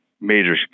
major